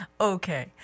okay